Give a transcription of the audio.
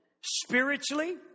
spiritually